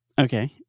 Okay